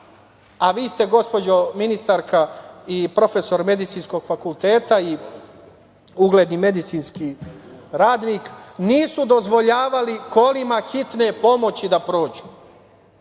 a vi ste gospođo ministarka i profesor Medicinskog fakulteta i ugledni medicinski radnik, nisu dozvoljavali kolima hitne pomoći da prođu. Hoćete